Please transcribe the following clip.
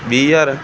ਵੀਹ ਹਜ਼ਾਰ